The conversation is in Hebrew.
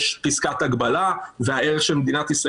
יש פסקת הגבלה והערך של מדינת ישראל